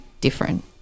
different